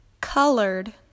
colored